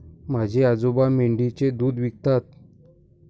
माझे आजोबा मेंढीचे दूध विकतात